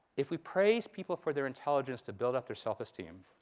if we praise people for their intelligence to build up their self-esteem,